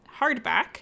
hardback